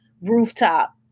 rooftop